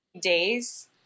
days